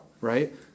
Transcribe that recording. right